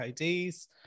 IDs